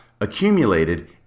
accumulated